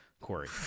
Corey